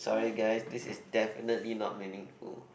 sorry guys this is definitely not meaningful